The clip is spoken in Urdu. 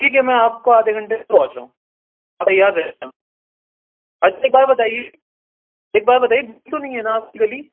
ٹھیک ہے میں آپ کو آدھے گھنٹے میں پہنچ رہا ہوں تیار رہنا اچھا ایک بات بتائیے ایک بات بتائیے تو نہیں ہے نا آپ کی گلی